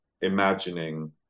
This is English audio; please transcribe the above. imagining